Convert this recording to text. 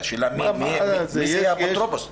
והשאלה היא מי יהיה האפוטרופוס.